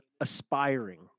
aspiring